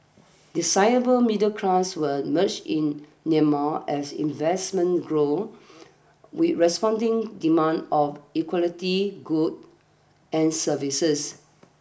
a cyber middle class will emerge in Myanmar as investments grow with corresponding demand of equality good and services